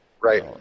Right